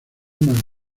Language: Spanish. más